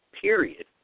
period